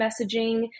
messaging